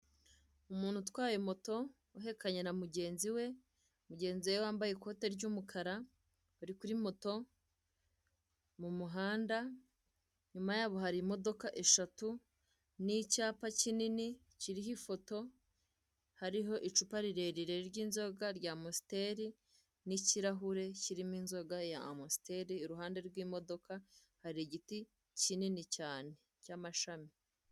Umuntu utwaye moto uhekanye na mugenzi we, mugenzi we wambaye ikote ry'umukara, bari kuri motommu muhanda inyuma yabo hari imodoka eshatu n'icyapa kinini kiriho ifoto hariho icupa rirerire ry'inzoga rya Amstel n'ikirahure kirimo inzoga ya Amstel iruhande rw'imodoka, hari igiti kinini cyane cy'amashami.